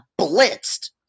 blitzed